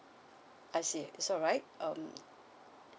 I see so right um